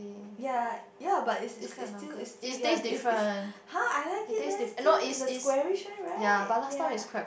ya ya but is is is is still is still ya is is [huh] I like it man still it's the square ~ish one right ya